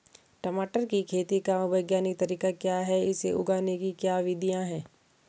टमाटर की खेती का वैज्ञानिक तरीका क्या है इसे उगाने की क्या विधियाँ हैं?